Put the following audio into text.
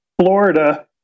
Florida